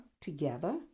together